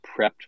prepped